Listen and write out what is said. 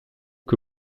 que